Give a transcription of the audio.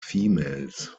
females